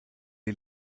est